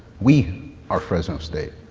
we are fresno state.